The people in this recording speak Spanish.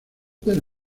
del